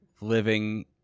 living